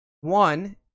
one